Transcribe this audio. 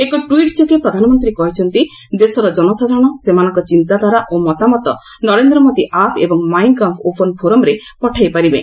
ଏକ ଟିଟ୍ ଯୋଗେ ପ୍ରଧାନମନ୍ତୀ କହିଛନ୍ତି ଦେଶର ଜନସାଧାରଣ ସେମାନଙ୍ଙ ଚିନ୍ତାଧାରା ଓ ମତାମତ ନରେନ୍ଦ୍ରମୋଦି ଆପ୍ ଏବଂ ମାଇଁ ଗଭ୍ ଓପନ୍ ଫୋରମ୍ରେ ପଠାଇପାରିବେ